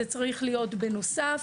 זה צריך להיות בנוסף.